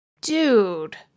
dude